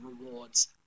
rewards